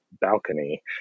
balcony